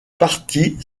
parties